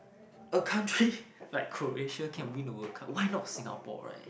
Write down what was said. a country like Croatia can win the World Cup why not Singapore [right]